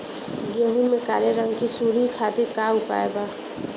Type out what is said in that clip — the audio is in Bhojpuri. गेहूँ में काले रंग की सूड़ी खातिर का उपाय बा?